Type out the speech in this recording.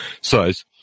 size